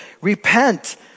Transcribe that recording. repent